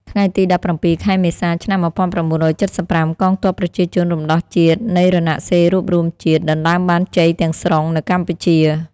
ថ្ងៃទី១៧ ខែមេសា ឆ្នាំ១៩៧៥ កងទ័ពប្រជាជនរំដោះជាតិនៃរណសិរ្សរួបរួមជាតិ ដណ្តើមបានជ័យទាំងស្រុងនៅកម្ពុជា។